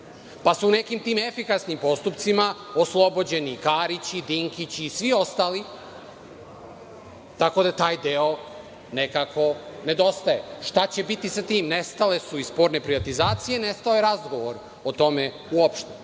pa su nekim tim efikasnim postupcima oslobođeni i Karić, i Dinkić, i svi ostali, tako da taj deo nekako nedostaje. Šta će biti sa tim? Nestale su i sporne privatizacije, nestao je razgovor o tome